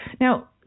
Now